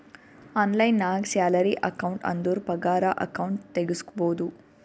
online ನಾಗ್ salary account ಅಂದುರ್ ಪಗಾರ ಅಕೌಂಟ್ ತೆಗುಸ್ಬೋದು